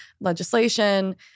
legislation